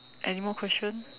anymore questions